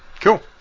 cool